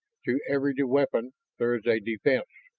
to every weapon there is a defense.